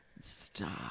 Stop